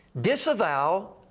disavow